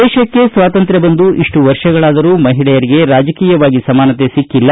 ದೇಶಕ್ಕೆ ಸ್ವಾತಂತ್ರ್ಯ ಬಂದು ಇಷ್ಟು ವರ್ಷಗಳಾದರೂ ಮಹಿಳೆಯರಿಗೆ ರಾಜಕೀಯವಾಗಿ ಸಮಾನತೆ ಸಿಕ್ಕಿಲ್ಲ